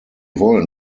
wollen